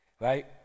right